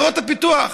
לעיירות הפיתוח.